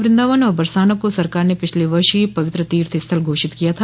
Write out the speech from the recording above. वृंदावन और बरसाना को सरकार ने पिछले वर्ष ही पवित्र तीर्थ स्थल घोषित किया था